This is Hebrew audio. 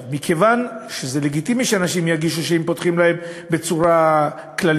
זה לגיטימי שאנשים ירגישו שאם פותחים להם בצורה כללית,